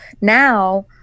now